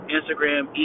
Instagram